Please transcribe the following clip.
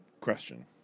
question